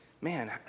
man